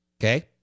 Okay